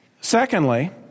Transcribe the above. Secondly